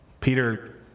Peter